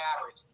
average